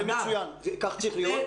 זה מצוין, כך זה צריך להיות.